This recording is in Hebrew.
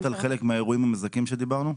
את מדברת על חלק מהאירועים המזכים עליהם דיברנו?